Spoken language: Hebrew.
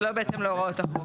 שלא בהתאם להוראות החוק.